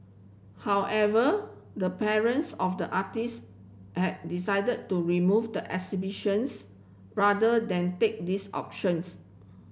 however the parents of the artists had decided to remove the exhibitions rather than take this options